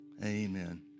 Amen